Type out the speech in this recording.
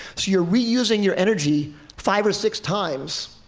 so you're reusing your energy five or six times,